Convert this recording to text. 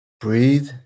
breathe